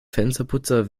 fensterputzer